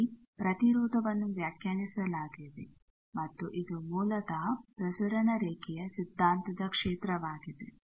ಹಾಗೆಯೇ ಪ್ರತಿರೋಧವನ್ನು ವ್ಯಾಖ್ಯಾನಿಸಲಾಗಿದೆ ಮತ್ತು ಇದು ಮೂಲತಃ ಪ್ರಸರಣ ರೇಖೆಯ ಸಿದ್ದಾಂತದ ಕ್ಷೇತ್ರವಾಗಿದೆ